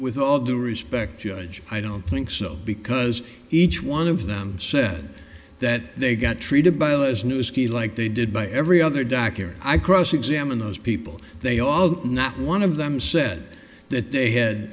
with all due respect judge i don't think so because each one of them said that they got treated like they did by every other day i cross examine those people not one of them said that they